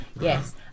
yes